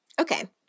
Okay